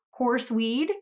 horseweed